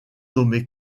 nommé